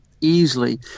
easily